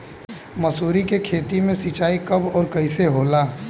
मसुरी के खेती में सिंचाई कब और कैसे होला?